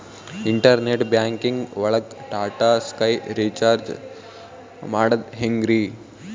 Internet banking ಒಳಗ್ Tata sky recharge ಮಾಡದ್ ಹೆಂಗ್ರೀ?